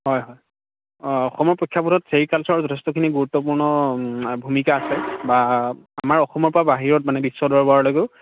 হয় হয় অসমৰ প্ৰেক্ষাপটত ছেৰিকালছাৰ যথেষ্টখিনি গুৰুত্বপূৰ্ণ ভূমিকা আছে বা আমাৰ অসমৰ পৰা বাহিৰত মানে বিশ্ব দৰবাৰলৈকেও